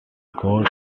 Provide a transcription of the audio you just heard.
god